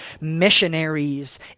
missionaries